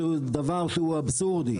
דבר שהוא אבסורדי.